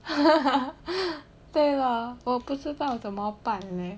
对了我不知道怎么办 leh